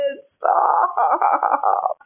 stop